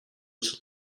its